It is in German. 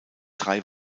drei